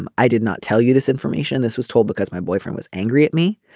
um i did not tell you this information. this was told because my boyfriend was angry at me.